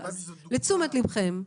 לתשומת לבכם,